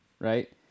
right